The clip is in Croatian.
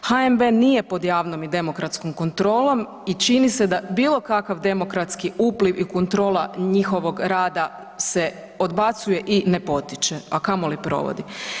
HNB nije pod javnom i demokratskom kontrolom i čini se da bilo kakav demokratski upliv i kontrola njihovog rada se odbacuje i ne potiče, a kamoli provodi.